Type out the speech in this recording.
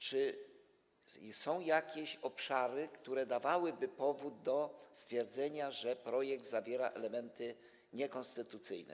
Czy są jakieś obszary, które dawałyby powód do stwierdzenia, że projekt zawiera elementy niekonstytucyjne?